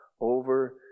over